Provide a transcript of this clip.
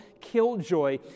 killjoy